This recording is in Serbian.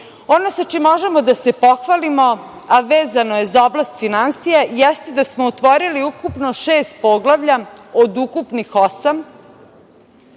sa čime možemo da se pohvalimo, a vezano je za oblast finansija jeste da smo otvorili ukupno šest poglavlja, od ukupno osam.